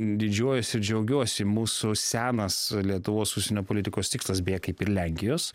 didžiuojuosi džiaugiuosi mūsų senas lietuvos užsienio politikos tikslas beje kaip ir lenkijos